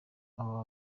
aba